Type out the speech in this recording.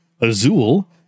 Azul